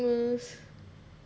ya so I don't really want to be famous